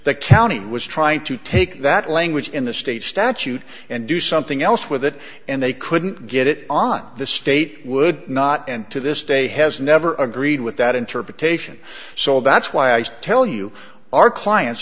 that county was try and to take that language in the state statute and do something else with it and they couldn't get it on the state would not and to this day has never agreed with that interpretation so that's why i tell you our clients